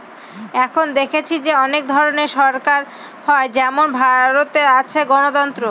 এখন দেখেছি যে অনেক ধরনের সরকার হয় যেমন ভারতে আছে গণতন্ত্র